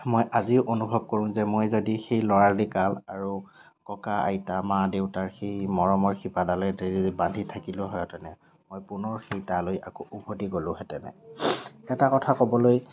মই আজিও অনুভৱ কৰোঁ যে মই যদি সেই ল'ৰালি কাল আৰু ককা আইতা মা দেউতাৰ সেই মৰমৰ শিপাডালেৰে বান্ধি থাকিলোহেতেন মই পুনৰ সেই তালৈ আকৌ উভতি গ'লোহেতেন এটা কথা ক'বলৈ